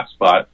hotspot